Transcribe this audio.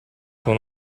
con